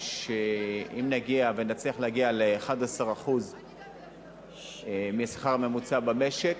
שאם נגיע ונצליח להגיע ל-11% מהשכר הממוצע במשק,